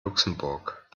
luxemburg